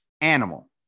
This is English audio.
animal